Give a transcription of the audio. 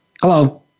hello